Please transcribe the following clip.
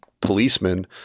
policemen